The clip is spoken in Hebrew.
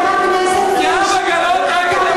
ובא לציון גואל.